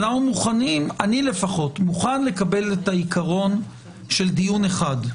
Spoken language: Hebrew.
אני מוכן לקבל את העיקרון של דיון אחד.